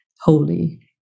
holy